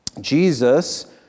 Jesus